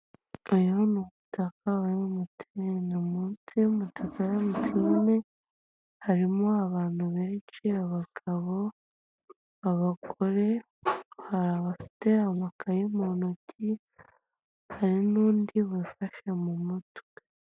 Uyu ni umutaka wa emutiyeni, munsi y'umutaka wa emutiyeni harimo abantu benshi abagabo, abagore hari abafite amakaye mu ntoki, hari n'undi wifashe mu mutwe.